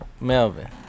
Melvin